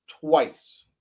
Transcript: twice